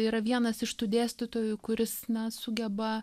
yra vienas iš tų dėstytojų kuris na sugeba